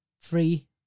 free